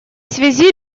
связи